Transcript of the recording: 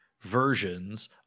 versions